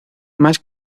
más